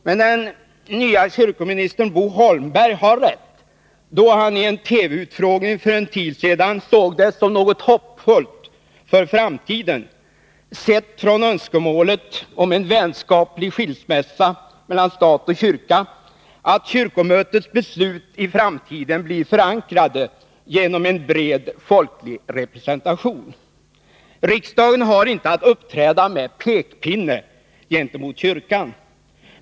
Men den nya kyrkoministern, Bo Holmberg, hade rätt, då han i en TV-utfrågning för en tid sedan såg det som något hoppfullt för framtiden — sett från önskemålet om en vänskaplig skilsmässa mellan stat och kyrka - att kyrkomötets beslut i framtiden blir förankrade genom en bred folklig representation. Riksdagen har inte att uppträda med pekpinne gentemot kyrkan.